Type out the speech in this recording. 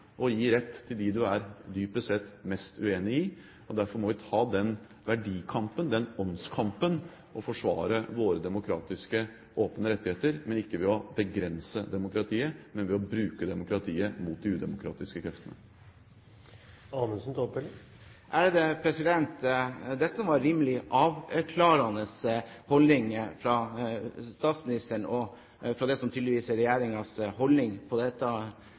gi rett til dem du dypest sett er mest uenig med. Derfor må vi ta den verdikampen, den åndskampen, og forsvare våre demokratiske, åpne rettigheter, ikke ved å begrense demokratiet, men ved å bruke demokratiet mot de udemokratiske kreftene. Dette var rimelig avklarende om hva som er statsministerens holdning, og det som tydeligvis er regjeringens holdning på dette